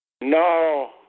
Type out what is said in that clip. No